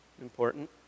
Important